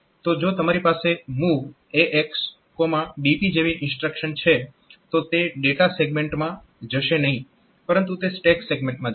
તો જો તમારી પાસે MOV AX BP જેવી ઇન્સ્ટ્રક્શન છે તો તે ડેટા સેગમેન્ટમાં જશે નહીં પરંતુ તે સ્ટેક સેગમેન્ટમાં જશે